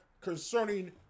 concerning